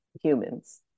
humans